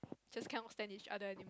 just cannot stand each other any~